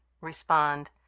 respond